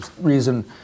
reason